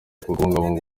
kubungabunga